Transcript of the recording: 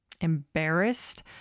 embarrassed